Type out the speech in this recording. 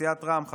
סיעת רע"מ,